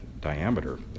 diameter